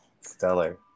Stellar